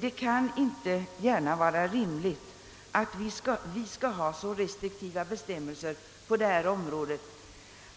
Det kan inte vara rimligt att vi har så restriktiva bestämmelser på detta område